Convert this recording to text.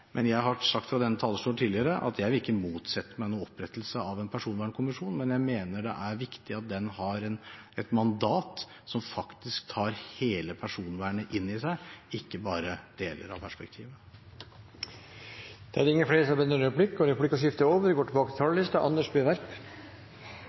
Jeg har sagt fra denne talerstolen tidligere at jeg ikke vil motsette meg opprettelse av en personvernkommisjon, men jeg mener det er viktig at den har et mandat som faktisk tar hele personvernet inn i seg, ikke bare deler av perspektivet. Replikkordskiftet er omme. De talere som heretter får ordet, har